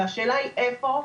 והשאלה היא איפה,